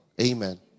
Amen